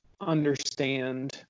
understand